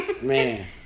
Man